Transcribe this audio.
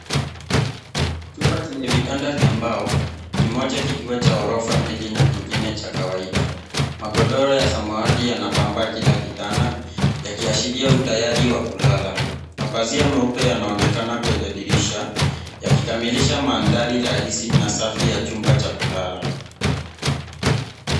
Chumba chenye vitanda vya mbao, kimoja kikiwa cha ghorofa mbili na kingine cha kawaida. Magodoro ya samawati yanapamba kila kitanda yakiashiria utayari wa kulala. Mapazia meupe yanaonekana kwenye dirisha yakikamilisha mandhari rahisi na safi ya chumba cha kulala.